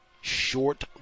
short